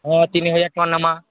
ହଁ ତିନି ହଜାର ଟଙ୍କା ନମା